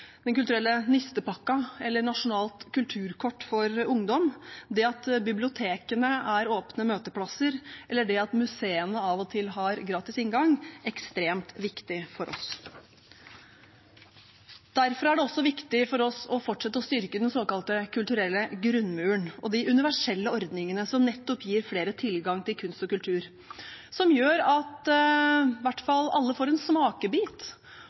Den kulturelle nistepakka, Kulturkort for ungdom, det at bibliotekene er åpne møteplasser, eller det at museene av og til har gratis inngang, ekstremt viktige for oss. Derfor er det også viktig for oss å fortsette å styrke den såkalte kulturelle grunnmuren og de universelle ordningene som nettopp gir flere tilgang til kunst og kultur, som gjør at alle i hvert fall får en smakebit,